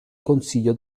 consiglio